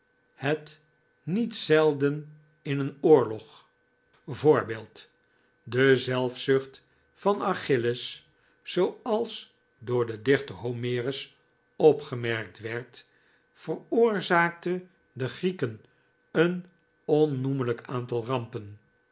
het niet zelden in een oorlog voorbeeld de zelfzucht van achilles zooals door den dichter homerus opgemerkt werd veroorzaakte de grieken een onnoemelijk aantal rampen